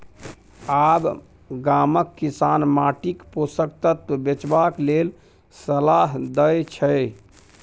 आब गामक किसान माटिक पोषक तत्व बचेबाक लेल सलाह दै छै